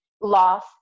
loss